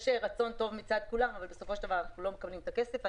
יש רצון טוב מצד כולם אבל בסופו של דבר אנחנו לא מקבלים את הכסף.